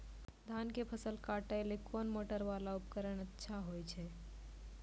धान के फसल काटैले कोन मोटरवाला उपकरण होय छै?